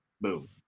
boom